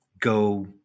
go